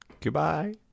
Goodbye